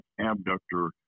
abductor